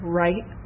right